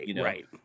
right